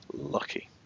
lucky